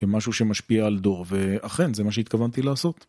ומשהו שמשפיע על דור, ואכן, זה מה שהתכוונתי לעשות.